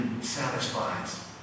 satisfies